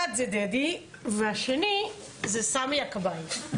אחד זה דדי, והשני זה סמי הכבאי.